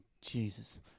Jesus